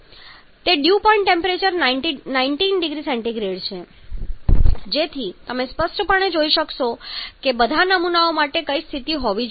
તેથી તે dew point temperature 19 0C છે જેથી તમે સ્પષ્ટપણે જોઈ શકો કે બધા નમૂનાઓ માટે કઈ સ્થિતિ હોવી જોઈએ